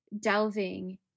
delving